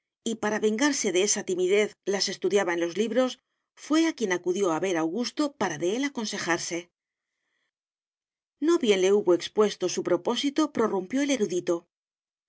y para vengarse de esa timidez las estudiaba en los libros fué a quien acudió a ver augusto para de él aconsejarse no bien le hubo expuesto su propósito prorrumpió el erudito